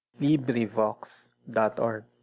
LibriVox.org